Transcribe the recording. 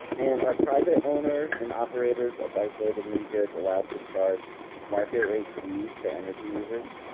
and are private owners and operators of isolated mini grids allowed to charge market rate fees to energy users?